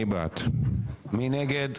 מי נגד?